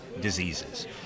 diseases